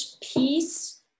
peace